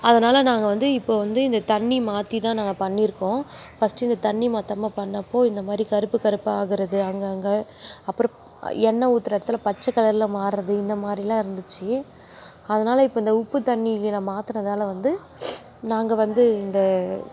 அதனால் நாங்கள் வந்து இப்போது வந்து இந்த தண்ணி மாற்றி தான் நாங்கள் பண்ணியிருக்கோம் ஃபர்ஸ்டு இந்த தண்ணி மாற்றாம பண்ணப்போது இந்த மாதிரி கருப்பு கருப்பாக ஆகிறது அங்கே அங்கே அப்புறம் எண்ணெய் ஊற்றுற இடத்துல பச்சை கலரில் மாறுறது இந்த மாதிரிலாம் இருந்துச்சு அதனால் இப்போ இந்த உப்பு தண்ணிக்கு நான் மாற்றினதால வந்து நாங்கள் வந்து இந்த